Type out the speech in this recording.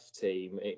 team